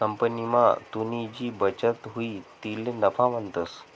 कंपनीमा तुनी जी बचत हुई तिले नफा म्हणतंस